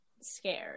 scared